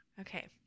Okay